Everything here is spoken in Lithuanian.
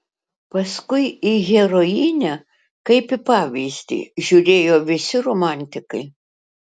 paskui į herojinę kaip į pavyzdį žiūrėjo visi romantikai